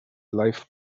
life